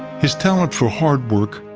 his talent for hard work,